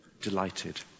Delighted